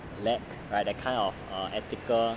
led by the kind of err ethical